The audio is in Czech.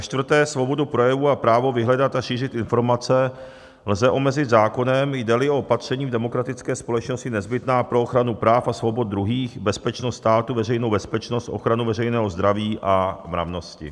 4. Svobodu projevu a právo vyhledat a šířit informace lze omezit zákonem, jdeli o opatření v demokratické společnosti nezbytná pro ochranu práv a svobod druhých, bezpečnost státu, veřejnou bezpečnost, ochranu veřejného zdraví a mravnosti.